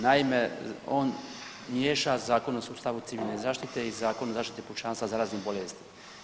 Naime, on miješa Zakon o sustavu civilne zaštite i Zakon o zaštiti pučanstva od zaraznih bolesti.